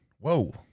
Whoa